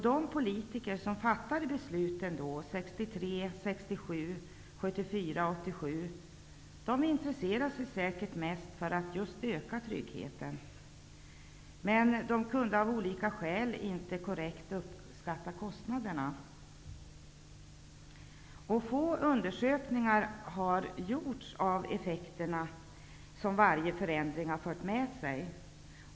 De politiker som fattade besluten 63, 67, 74 och 87 intresserade sig säkert mest för att just öka tryggheten, men de kunde av olika skäl inte korrekt uppskatta kostnaderna. Få undersökningar har gjorts av vilka effekter varje förändring har fört med sig.